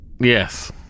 Yes